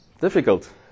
Difficult